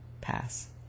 pass